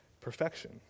perfection